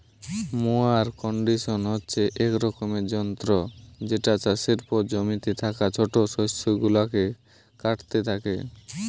mower condition হচ্ছে এক রকমের যন্ত্র যেটা চাষের পর জমিতে থাকা ছোট শস্য গুলাকে কাটতে থাকে